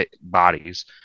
bodies